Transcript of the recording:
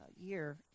year